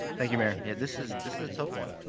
thank you, mayor. yeah this is this is a tough one.